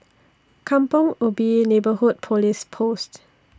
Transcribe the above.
Kampong Ubi Neighbourhood Police Post